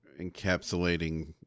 encapsulating